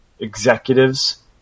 executives